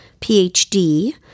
PhD